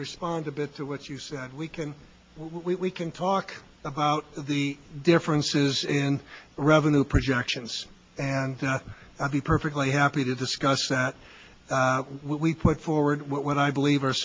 respond to bits of what you said we can we can talk about the differences in revenue projections and i'd be perfectly happy to discuss that we put forward what i believe